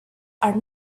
are